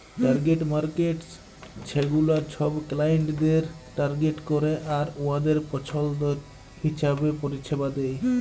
target markets ছেগুলা ছব ক্লায়েন্টদের টার্গেট ক্যরে আর উয়াদের পছল্দ হিঁছাবে পরিছেবা দেয়